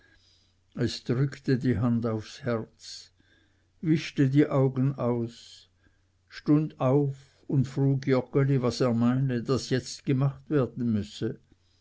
es drückte die hand aufs herz wischte die augen aus stund auf und frug joggeli was er meine daß jetzt gemacht werden müsse